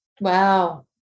Wow